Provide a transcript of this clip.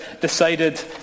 decided